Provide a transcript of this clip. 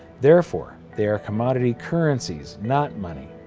therefore they are commodity currencies not money.